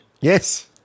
Yes